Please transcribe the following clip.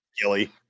gilly